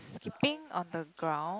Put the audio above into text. skipping on the ground